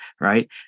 right